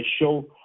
show